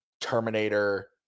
Terminator